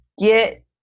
get